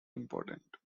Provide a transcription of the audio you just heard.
important